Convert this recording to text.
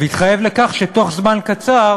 והתחייב לכך שבתוך זמן קצר